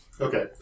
Okay